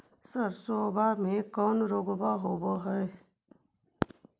सरसोबा मे कौन रोग्बा होबय है?